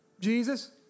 Jesus